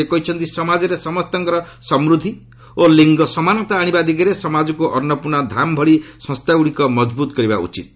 ସେ କହିଛନ୍ତି ସମାଜରେ ସମସ୍ତଙ୍କର ସମୃଦ୍ଧି ଓ ଲିଙ୍ଗସମାନତା ଆଣିବା ଦିଗରେ ସମାଜକୁ ଅନ୍ନପୂର୍ଣ୍ଣାଧାମ ଭଳି ସଂସ୍ଥାଗୁଡ଼ିକ ମଜଭୁତ କରିବା ଉଚିତ୍